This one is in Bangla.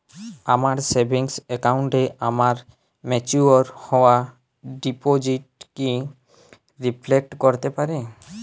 আমার সেভিংস অ্যাকাউন্টে আমার ম্যাচিওর হওয়া ডিপোজিট কি রিফ্লেক্ট করতে পারে?